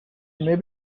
may